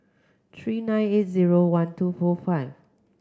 three nine eight zero one two four five